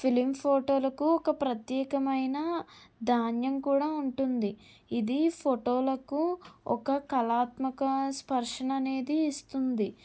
film ఫోటోలకు ఒక ప్రత్యేకమైన ధాన్యం కూడా ఉంటుంది ఇది ఫోటోలకు ఒక కళాత్మక స్పర్శను అనేది ఇస్తుంది